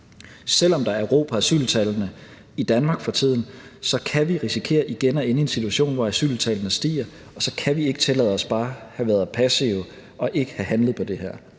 Selv om der er ro på asyltallene i Danmark for tiden, kan vi risikere igen at ende i en situation, hvor asyltallene stiger, og så kan vi ikke tillade os bare at have været passive og ikke at have handlet på det her.